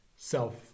self